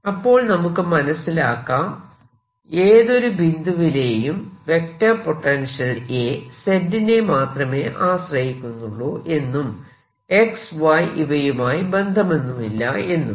അപ്പോൾ നമുക്ക് മനസിലാക്കാം ഏതൊരു ബിന്ദുവിലേയും വെക്റ്റർ പൊട്ടൻഷ്യൽ A z നെ മാത്രമേ ആശ്രയിക്കുന്നുള്ളൂ എന്നും x y ഇവയുമായി ബന്ധമൊന്നുമില്ല എന്നും